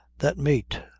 that mate,